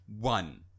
one